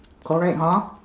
correct hor